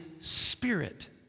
spirit